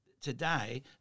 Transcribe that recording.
today